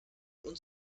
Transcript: und